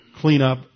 cleanup